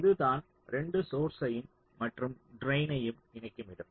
இது தான் 2 சோர்ஸ்சயும் மற்றும் ட்ரைன்னயும் இணைக்கும் இடம்